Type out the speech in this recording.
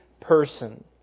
person